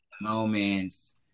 Moments